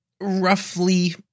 roughly